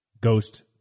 ghost